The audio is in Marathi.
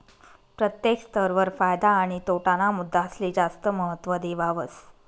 प्रत्येक स्तर वर फायदा आणि तोटा ना मुद्दासले जास्त महत्व देवावस